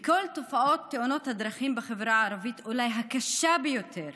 מכל תופעות תאונות הדרכים בחברה הערבית אולי הקשה ביותר,